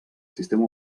sistema